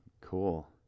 cool